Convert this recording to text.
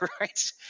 right